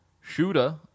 Shooter